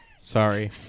sorry